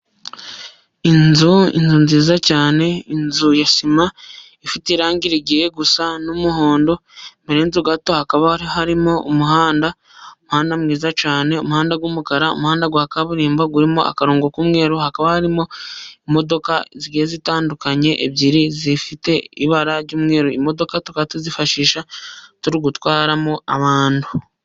Inzu inzu nziza cyane inzu ya sima ifite irangi rigiye gusa n'umuhondo, imbere y'inzu gato hakaba harimo umuhanda, umuhanda mwiza cyane. Umuhanda w'umukara umuhanda wa kaburimbo urimo akarongo k'umweru hakaba harimo imodoka zitandukanye ebyiri zifite ibara ry'umweru. Imodoka tukaba tuzifashisha turi gutwaramo abantu